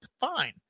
fine